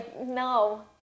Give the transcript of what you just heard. no